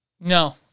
no